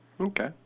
Okay